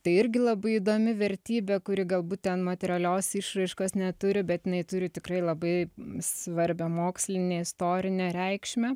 tai irgi labai įdomi vertybė kuri galbūt ten materialios išraiškos neturi bet jinai turi tikrai labai svarbią mokslinę istorinę reikšmę